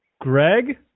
Greg